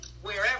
wherever